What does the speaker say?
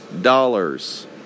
dollars